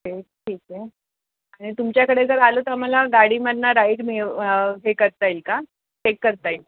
okay ठीक आहे आणि तुमच्याकडे जर आलो तर आम्हाला गाडीमधून राईड मिळू हे करता येईल का चेक करता येईल